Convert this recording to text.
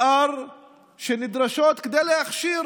מתאר שנדרשות כדי להכשיר